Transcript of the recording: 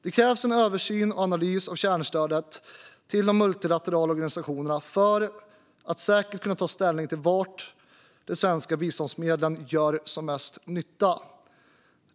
Det krävs en översyn och analys av kärnstödet till de multilaterala organisationerna för att säkert kunna ta ställning till var de svenska biståndsmedlen gör mest nytta.